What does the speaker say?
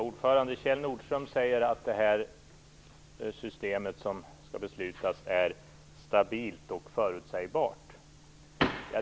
Fru talman! Kjell Nordström säger att det system som vi nu skall besluta om är stabilt och förutsägbart.